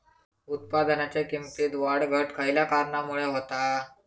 उत्पादनाच्या किमतीत वाढ घट खयल्या कारणामुळे होता?